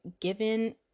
given